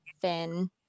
finn